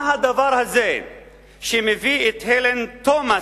מה הדבר הזה שמביא את הלן תומאס,